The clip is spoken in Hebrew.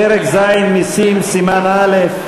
פרק ז': מסים, סימן א'.